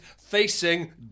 facing